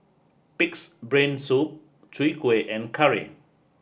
Pig's Brain Soup Chwee Kueh and Curry